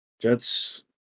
Jets